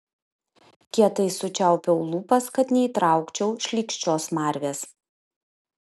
kietai sučiaupiau lūpas kad neįtraukčiau šlykščios smarvės